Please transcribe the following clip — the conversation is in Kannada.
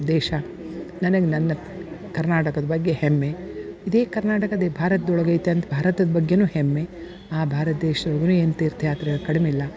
ದೇಶ ನನಗೆ ನನ್ನ ಕರ್ನಾಟಕದ ಬಗ್ಗೆ ಹೆಮ್ಮೆ ಇದೇ ಕರ್ನಾಟಕದೆ ಭಾರತದೊಳಗ ಐತಿ ಅಂತ ಭಾರತದ ಬಗ್ಗೆಯೂ ಹೆಮ್ಮೆ ಆ ಭಾರತ ದೇಶದ ತೀರ್ಥಯಾತ್ರೆ ಕಡ್ಮಿಯಿಲ್ಲ